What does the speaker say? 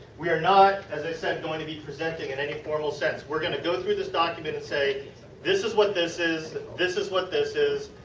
we are not, as i said, going to be presenting in any formal sense. we are going to go through this document and say this is what this is, this is what this is.